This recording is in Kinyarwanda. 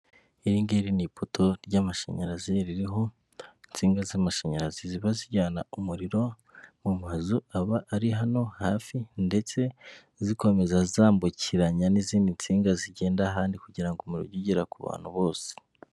Iringiri ni ipoto ry'amashanyarazi ririho insinga z'amashanyarazi ziba zijyana umuriro mu mazu aba ari hano hafi, ndetse zikomeza zambukiranya n'izindi nsinga zigenda ahandi kugira ngo umuriro ujye ugera ku bantu bose.